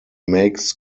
makes